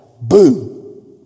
Boom